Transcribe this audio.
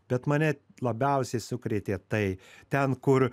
bet mane labiausiai sukrėtė tai ten kur